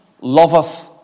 loveth